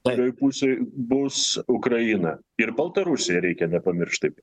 kurioj pusėj bus ukraina ir baltarusija reikia nepamiršt taip